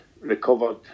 recovered